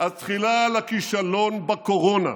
אז תחילה לכישלון בקורונה: